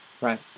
right